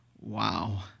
Wow